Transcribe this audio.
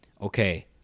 okay